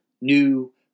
new